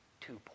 two